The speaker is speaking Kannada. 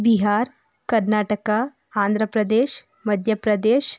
ಬಿಹಾರ್ ಕರ್ನಾಟಕ ಆಂಧ್ರಪ್ರದೇಶ ಮಧ್ಯಪ್ರದೇಶ್